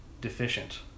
deficient